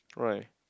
alright